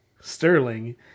Sterling